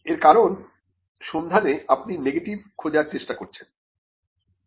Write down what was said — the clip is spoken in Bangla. এর কারণ সন্ধানে আপনি নেগেটিভ খোঁজার চেষ্টা করছেন